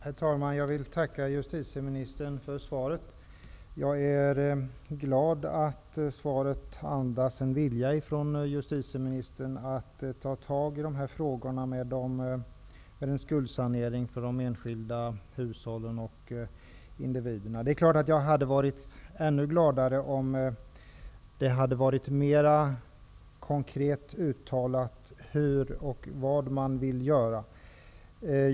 Herr talman! Jag vill tacka justitieministern för svaret. Jag är glad att svaret andas en vilja från justitieministern att ta tag i frågan om skuldsanering för de enskilda hushållen och individerna. Det är klart att jag hade varit ännu gladare om justitieministern mer konkret hade uttalat vad hon vill göra.